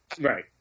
Right